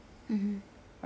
ya or house